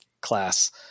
class